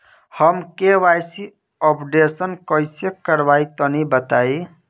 हम KYC updation कइसे करवाई तनि बताई?